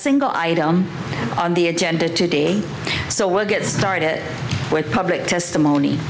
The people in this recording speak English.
single item on the agenda today so we'll get started with public testimony